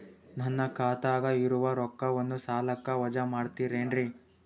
ನನ್ನ ಖಾತಗ ಇರುವ ರೊಕ್ಕವನ್ನು ಸಾಲಕ್ಕ ವಜಾ ಮಾಡ್ತಿರೆನ್ರಿ?